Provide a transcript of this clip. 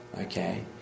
okay